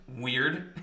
weird